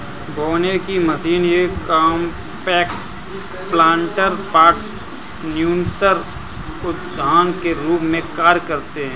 बोने की मशीन ये कॉम्पैक्ट प्लांटर पॉट्स न्यूनतर उद्यान के रूप में कार्य करते है